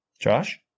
Josh